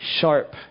sharp